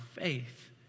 faith